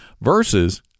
versus